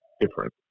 different